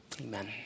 Amen